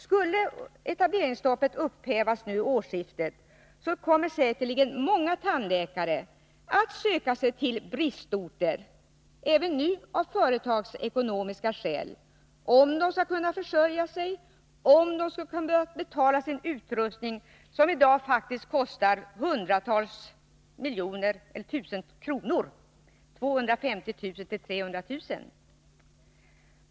Skulle etableringsstoppet upphävas nu i årsskiftet kommer säkerligen många tandläkare att söka sig till bristorter — även nu av företagsekonomiska skäl — om de skall kunna försörja sig och kunna betala sin utrustning, som i dag kostar 250 000-300 000 kr.